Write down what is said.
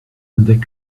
and